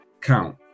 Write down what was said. count